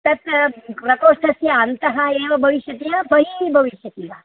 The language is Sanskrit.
तत् प्रकोष्ठस्य अन्तः एव भविष्यति वा बहिः भविष्यति वा